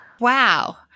Wow